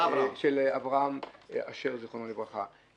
אברהם אשר, זכרו לברכה.